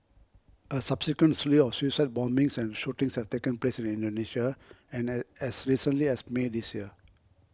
a subsequent slew of suicide bombings and shootings have taken place in Indonesia and an as recently as May this year